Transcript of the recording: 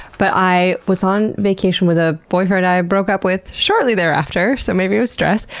but i was on vacation with a boyfriend i broke up with shortly thereafter. so maybe it was stress.